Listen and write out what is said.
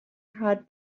had